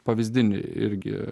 pavyzdinį irgi